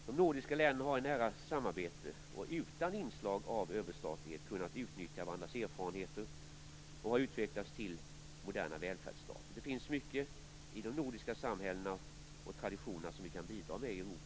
De nordiska länderna har i ett nära samarbete och utan inslag av överstatlighet kunnat utnyttja varandras erfarenheter och utvecklas till moderna välfärdsstater. Det finns mycket i de nordiska samhällena och traditionerna som vi kan bidra med i Europa och i världen.